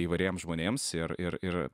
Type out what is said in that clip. įvairiem žmonėms ir ir ir